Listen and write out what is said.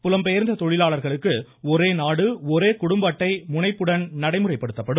புலம் பெயர்ந்த தொழிலாளர்களுக்கு ஒரே நாடு ஒரே குடும்ப அட்டை முனைப்புடன் நடைமுறைப்படுத்தப்படும்